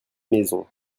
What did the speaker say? maison